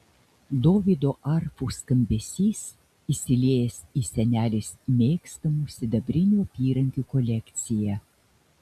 dovydo arfų skambesys įsiliejęs į senelės mėgstamų sidabrinių apyrankių kolekciją